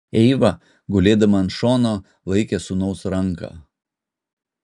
eiva gulėdama ant šono laikė sūnaus ranką